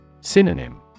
Synonym